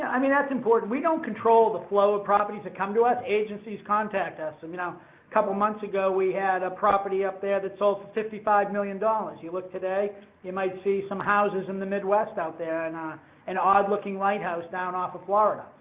i mean, that's important we don't control the flow of properties that come to us. agencies contact us. um you know, a couple months ago we had a property up there that sold for fifty five million dollars you look today you might see some houses in the midwest out there, and an odd-looking lighthouse down off of florida.